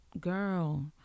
girl